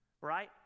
right